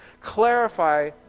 clarify